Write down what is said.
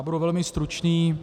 Budu velmi stručný.